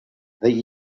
they